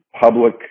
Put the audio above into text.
public